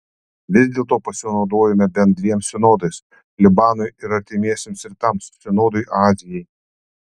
vis dėlto pasinaudojome bent dviem sinodais libanui ir artimiesiems rytams sinodui azijai